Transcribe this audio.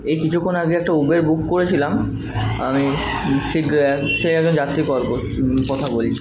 এই কিছুক্ষণ আগে একটা উবর বুক করেছিলাম আমি সেই সেই একজন যাত্রী কল করছি কথা বলছি